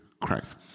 Christ